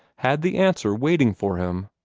had the answer waiting for him!